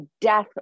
death